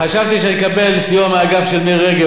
חשבתי שאני אקבל סיוע מהגב של מירי רגב,